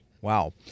Wow